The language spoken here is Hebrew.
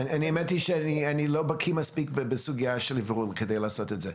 לא בקיא מספיק בסוגייה של אוורור כדי לעשות את זה.